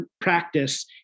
practice